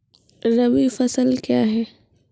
रबी फसल क्या हैं?